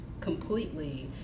completely